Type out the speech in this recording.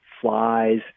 flies